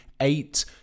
eight